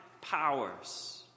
powers